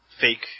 fake